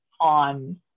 on